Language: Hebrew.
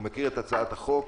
הוא מכיר את הצעת החוק,